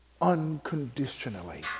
unconditionally